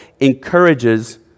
encourages